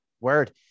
Word